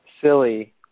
silly